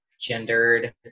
gendered